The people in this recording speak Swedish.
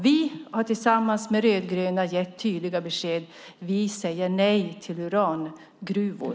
Vi har tillsammans med de rödgröna gett tydliga besked. Vi säger nej till urangruvor.